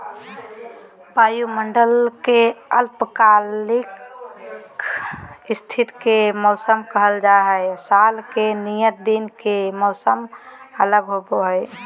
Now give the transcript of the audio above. वायुमंडल के अल्पकालिक स्थिति के मौसम कहल जा हई, साल के नियत दिन के मौसम अलग होव हई